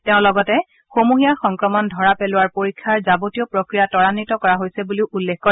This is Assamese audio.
তেওঁ লগতে সমূহীয়া সংক্ৰমণ ধৰা পেলোৱাৰ পৰীক্ষাৰ যাৱতীয় প্ৰক্ৰিয়া ত্বায়িত কৰা হৈছে বুলিও তেওঁ উল্লেখ কৰে